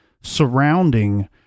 surrounding